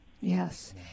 yes